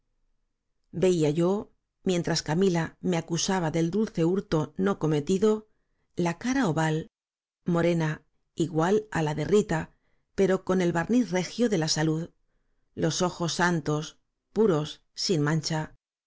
y o mientras camila me acusaba del dulce hurto no cometido la cara oval morena igual á la de rita pero con el barniz regio de la salud los ojos santos puros sin mancha